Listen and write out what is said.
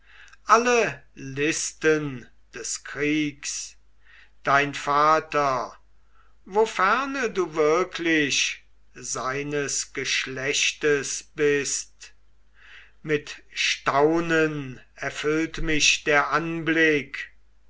alle listen des kriegs dein vater woferne du wirklich seines geschlechtes bist mit staunen erfüllt mich der anblick